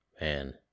man